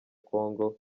congo